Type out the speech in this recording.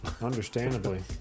Understandably